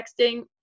texting